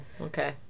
Okay